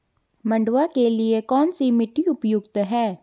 मंडुवा के लिए कौन सी मिट्टी उपयुक्त है?